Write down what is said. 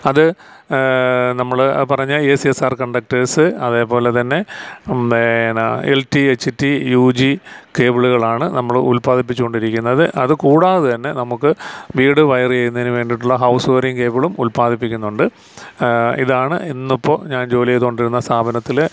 അത് നമ്മൾ പറഞ്ഞ A C S R conductors അതേപോലെതന്നെ നമ്മുടെ ഏതാണ് L T H T U G കേബിളുകളാണ് നമ്മൾ ഉല്പാദിപ്പിച്ചു കൊണ്ടിരിക്കുന്നത് അത് കൂടാതെതന്നെ നമുക്ക് വീട് വയർ ചെയ്യുന്നതിന് വേണ്ടിയിട്ടുള്ള ഹൌസ് വയറിംഗ് കേബിളും ഉത്പാദിപ്പിക്കുന്നുണ്ട് ഇതാണ് ഇന്നിപ്പോൾ ഞാൻ ജോലി ചെയ്തുകൊണ്ടിരുന്ന സ്ഥാപനത്തിൽ